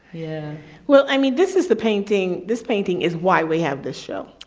yeah well, i mean, this is the painting, this painting is why we have this show,